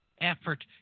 effort